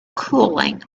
cooling